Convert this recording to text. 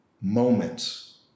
moments